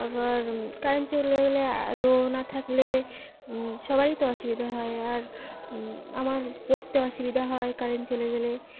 আবার কারেন্ট চলে গেলে আলো না থাকলে সবারই তো অসুবিধা হয় আর আমার পড়তে অসুবিধা হয় কারেন্ট চলে গেলে